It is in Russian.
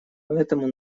поэтому